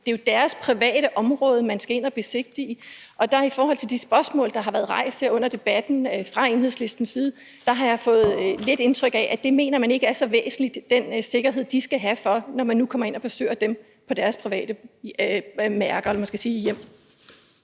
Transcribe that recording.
det jo er deres private område, man skal ind at besigtige. I forhold til de spørgsmål, der har været rejst her under debatten fra Enhedslistens side, har jeg lidt fået et indtryk af, at man ikke mener, det er så væsentligt, altså den sikkerhed, de skal have, når man nu kommer ind og besøger dem i deres private hjem. Kl. 14:17 Formanden